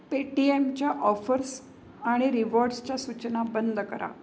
पेटीएमच्या ऑफर्स आणि रिवॉर्ड्सच्या सूचना बंद करा